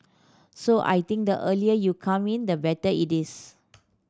so I think the earlier you come in the better it is